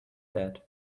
that